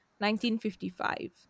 1955